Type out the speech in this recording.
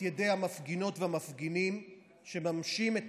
את ידי המפגינות ומפגינים שמממשים את